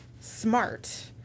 smart